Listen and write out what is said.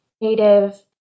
Native